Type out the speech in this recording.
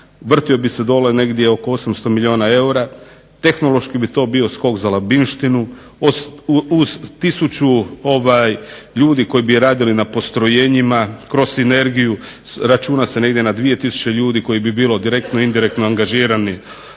vrtio bi se dole negdje oko 800 milijuna eura, tehnološki bi to bio skok za Labinštinu. Uz 1000 ljudi koji bi radili na postrojenjima kroz sinergiju računa se negdje na 2000 ljudi koji bi bili direktno i indirektno angažirani